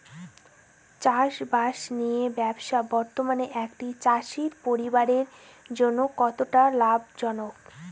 চাষবাষ নিয়ে ব্যবসা বর্তমানে একটি চাষী পরিবারের জন্য কতটা লাভজনক?